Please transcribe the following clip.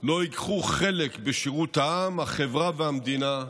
לא ייקחו חלק בשירות העם, החברה והמדינה,